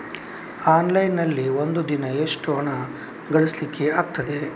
Online ನಲ್ಲಿ ಒಂದು ದಿನ ಎಷ್ಟು ಹಣ ಕಳಿಸ್ಲಿಕ್ಕೆ ಆಗ್ತದೆ?